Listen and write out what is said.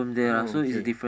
okay